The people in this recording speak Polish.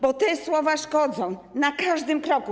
Bo te słowa szkodzą na każdym kroku.